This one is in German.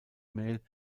mail